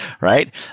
right